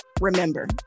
remember